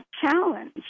challenge